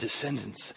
descendants